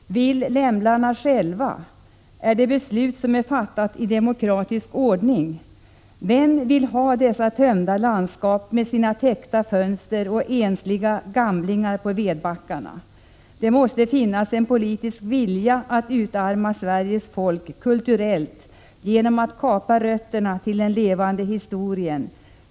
Vill lämlarna själva? Är det beslut som är fattat i demokratisk ordning? Vem vill ha dessa tömda landskap med sina täckta fönster och ensliga gamlingar på vedbackarna? Det måste finnas en politisk vilja att utarma Sveriges folk kulturellt genom att kapa rötterna till den levande historien.